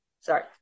Sorry